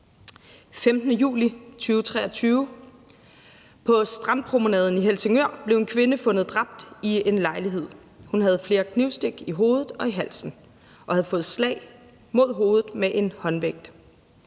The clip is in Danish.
15. juli 2023: På strandpromenaden i Helsingør blev en kvinde fundet dræbt i en lejlighed. Hun havde flere knivstik i hovedet og i halsen og havde fået slag mod hovedet med en håndvægt.